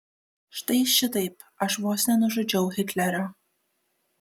štai šitaip aš vos nenužudžiau hitlerio